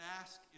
ask